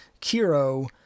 Kiro